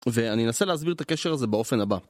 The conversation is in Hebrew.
ואני אנסה להסביר את הקשר הזה באופן הבא.